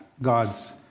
God's